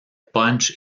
punch